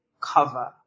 cover